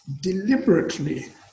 deliberately